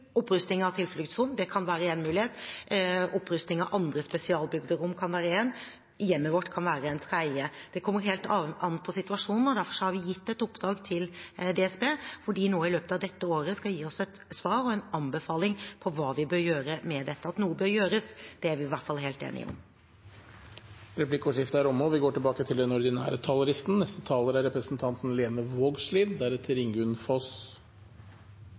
av tilfluktsrom kan være en mulighet. Opprusting av andre spesialbygde rom kan være én. Hjemmet vårt kan være en tredje. Det kommer helt an på situasjonen, og derfor har vi gitt et oppdrag til DSB, hvor de i løpet av dette året skal gi oss et svar og en anbefaling på hva vi bør gjøre med dette. At noe bør gjøres, er vi i hvert fall helt enige om. Replikkordskiftet er omme. Takk for samarbeidet, og takk òg til